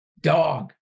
dog